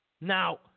Now